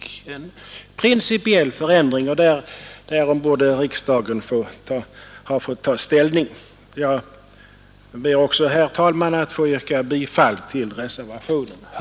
Det är en principiell förändring, och till den borde riksdagen ha fått ta ställning. Jag ber också, herr talman, att få yrka bifall till reservationen H.